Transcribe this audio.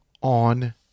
on